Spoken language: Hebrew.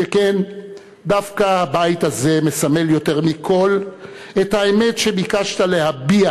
שכן דווקא הבית הזה מסמל יותר מכול את האמת שביקשת להביע.